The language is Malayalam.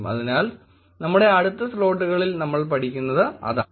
അതിനാൽ നമ്മുടെ അടുത്ത സ്ലോട്ടുകളിൽ നമ്മൾ പഠിക്കുന്നത് അതാണ്